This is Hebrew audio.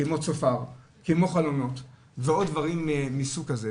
כמו צופר, כמו חלונות ועוד דברים מסוג כזה